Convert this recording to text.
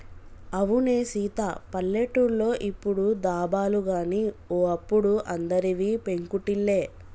అవునే సీత పల్లెటూర్లో ఇప్పుడు దాబాలు గాని ఓ అప్పుడు అందరివి పెంకుటిల్లే